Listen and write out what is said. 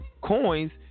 coins